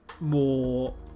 more